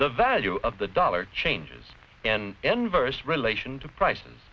the value of the dollar changes in inverse relation to prices